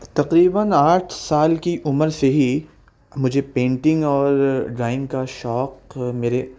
تقریباً آٹھ سال کی عمر سے ہی مجھے پینٹنگ اور ڈرائنگ کا شوق میرے